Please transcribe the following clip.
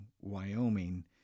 Wyoming